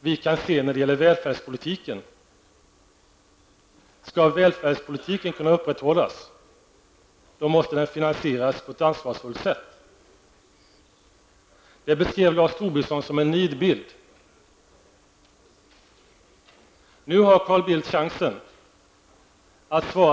vi kan se när det gäller välfärdspolitiken: För att välfärdspolitiken skall kunna upprätthållas, måste den finansieras på ett ansvarsfullt sätt. Detta beskrev Lars Tobisson som en nidbild. Men nu har Carl Bildt chansen att ge ett svar.